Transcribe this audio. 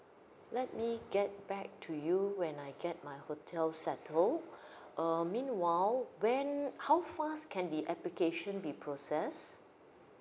let me get back to you when I get my hotel settle err meanwhile when how fast can the application be processed